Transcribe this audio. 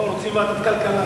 לא, רוצים ועדת כלכלה.